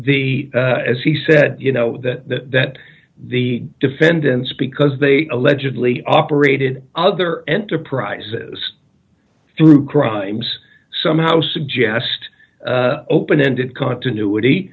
the as he said you know that the that the defendants because they allegedly operated other enterprises through crimes somehow suggest open ended continuity